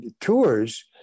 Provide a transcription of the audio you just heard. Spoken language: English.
tours